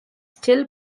still